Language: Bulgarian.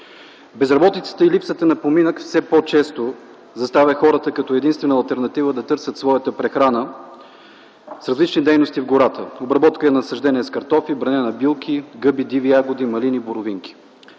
Безработицата и липсата на поминък все по-често заставя хората като единствена алтернатива да търсят своята прехрана с различни дейности в гората: обработка и насаждения с картофи, бране на билки, гъби, диви ягоди, малини и боровинки.